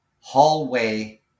Hallway